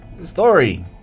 Story